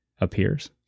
appears